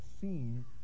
seen